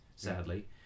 sadly